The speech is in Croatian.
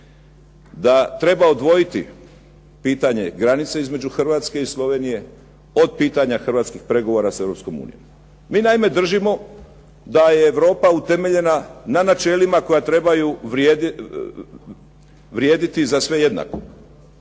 da treba odvojiti pitanje granice između Hrvatske i Slovenije od pitanja hrvatskih pregovora sa Europskom unijom. Mi naime držimo da je Europa utemeljena na načelima koja trebaju vrijediti za sve jednako.